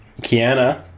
Kiana